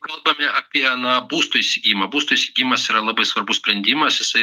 kalbama apie na būstų įsigijimą būstų įsigijimas yra labai svarbus sprendimas jisai